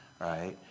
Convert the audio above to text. Right